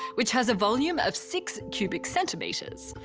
which has a volume of six cubic centimetres,